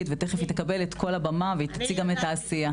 ותיכף היא תקבל את כל הבמה והיא תציג גם את העשייה.